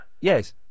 Yes